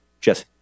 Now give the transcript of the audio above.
jesse